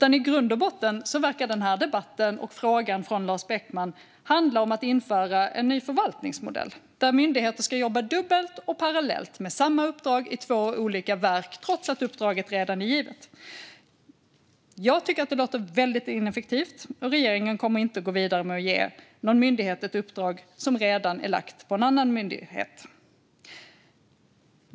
I grund och botten verkar den här debatten och Lars Beckmans fråga i stället handla om införandet av en ny förvaltningsmodell där myndigheter ska jobba dubbelt och parallellt med samma uppdrag i två olika verk trots att uppdraget redan är givet. Jag tycker att det låter väldigt ineffektivt, och regeringen kommer inte att gå vidare med att ge någon myndighet ett uppdrag som redan har getts en annan myndighet.